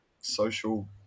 social